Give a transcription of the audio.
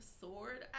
sword